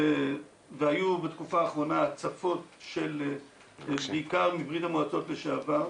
והיו בתקופה האחרונה הצפות בעיקר מברית המועצות לשעבר,